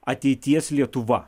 ateities lietuva